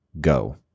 go